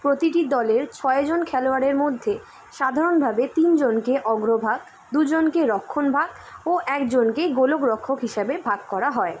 প্রতিটি দলের ছয়জন খেলোয়াড়ের মধ্যে সাধারণভাবে তিনজনকে অগ্রভাগ দুজনকে রক্ষণভাগ ও একজনকে গোল রক্ষক হিসাবে ভাগ করা হয়